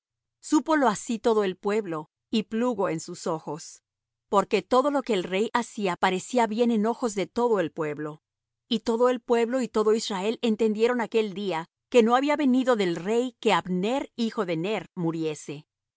súpolo así todo el pueblo y plugo en sus ojos porque todo lo que el rey hacía parecía bien en ojos de todo el pueblo y todo el pueblo y todo israel entendieron aquel día que no había venido del rey que abner hijo de ner muriese